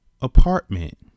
apartment